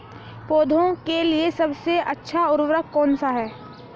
पौधों के लिए सबसे अच्छा उर्वरक कौन सा है?